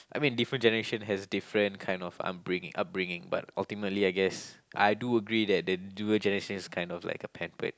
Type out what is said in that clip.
I mean different generation has different kind of upbringing upbringing but ultimately I guess I do agree that the newer generation is kind of like a pampered